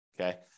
Okay